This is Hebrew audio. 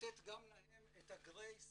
לתת גם להם את הגרייס